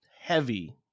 Heavy